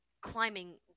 climbing